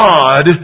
God